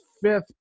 fifth